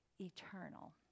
eternal